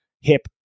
hip